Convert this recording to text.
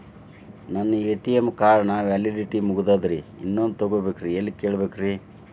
ನನ್ನ ATM card ನ validity ಮುಗದದ್ರಿ ಇನ್ನೊಂದು ತೊಗೊಬೇಕ್ರಿ ಎಲ್ಲಿ ಕೇಳಬೇಕ್ರಿ?